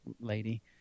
lady